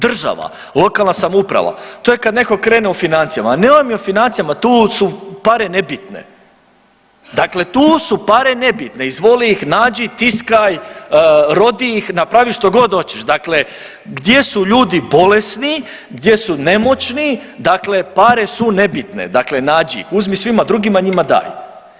Država, lokalna samouprava, to je kad neko krene o financijama, nemoj mi o financijama, tu su pare nebitne, dakle tu su pare nebitne, izvoli ih nađi, tiskaj, rodi ih, napravi što god hoćeš, dakle gdje su ljudi bolesni, gdje su nemoćni, dakle pare su nebitne, dakle nađi ih, uzmi svima drugima njima daj.